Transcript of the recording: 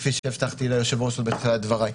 כפי שהבטחתי ליושב-ראש עוד בתחילת דבריי.